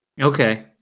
Okay